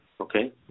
Okay